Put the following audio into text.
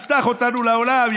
יפתח אותנו לעולם,